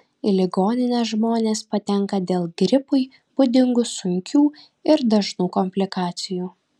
į ligoninę žmonės patenka dėl gripui būdingų sunkių ir dažnų komplikacijų